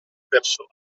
persona